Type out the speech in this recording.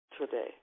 today